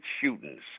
shootings